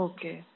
Okay